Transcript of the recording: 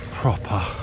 proper